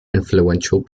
influential